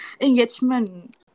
Engagement